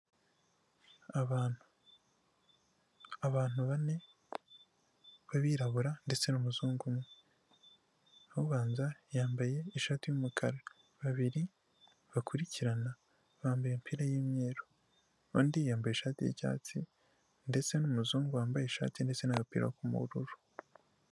Abantu, abantu bane b'abirabura ndetse n'umuzungu ubanza, yambaye ishati y'umukara babiri bakurikirana bambaye imipira y'umweru, undi yambaye ishati y'icyatsi ndetse n'umuzungu wambaye ishati ndetse n'agapira k'ubururu.